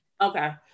okay